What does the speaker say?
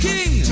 King